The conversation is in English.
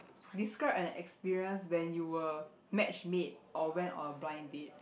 describe an experience when you were matchmade or went on a blind date